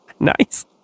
Nice